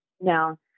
Now